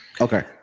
Okay